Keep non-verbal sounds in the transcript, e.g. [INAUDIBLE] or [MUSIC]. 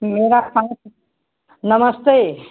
मेरा [UNINTELLIGIBLE] नमस्ते